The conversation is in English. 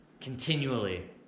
continually